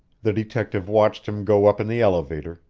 the detective watched him go up in the elevator,